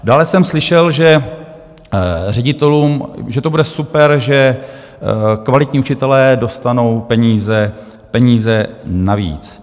Dále jsem slyšel, že ředitelům... že to bude super, že kvalitní učitelé dostanou peníze navíc.